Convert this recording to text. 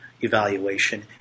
evaluation